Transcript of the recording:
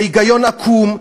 זה היגיון עקום,